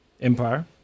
Empire